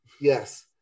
Yes